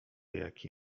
jaki